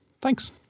Thanks